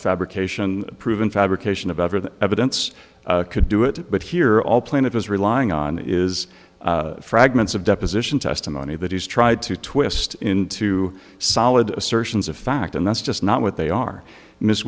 fabrication proven fabrication about or the evidence could do it but here all plaintiff is relying on is fragments of deposition testimony that he's tried to twist into solid assertions of fact and that's just not what they are miss